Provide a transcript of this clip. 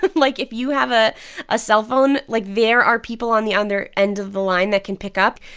but like, if you have a ah cellphone, like, there are people on the other end of the line that can pick up.